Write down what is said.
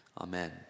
Amen